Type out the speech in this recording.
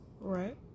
right